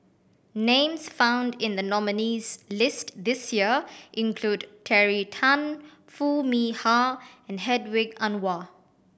names found in the nominees' list this year include Terry Tan Foo Mee Har and Hedwig Anuar